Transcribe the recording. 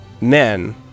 men